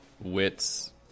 Wits